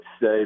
say